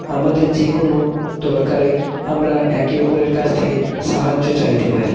আমাদের যে কোনো দরকারে আমরা একে অপরের কাছ থেকে সাহায্য চাইতে পারি